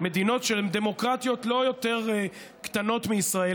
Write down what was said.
במדינות שהן דמוקרטיות לא יותר קטנות מישראל,